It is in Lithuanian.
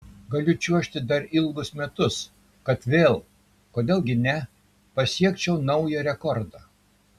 galiu čiuožti dar ilgus metus kad vėl kodėl gi ne pasiekčiau naują rekordą